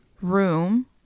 room